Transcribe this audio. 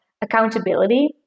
accountability